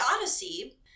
Odyssey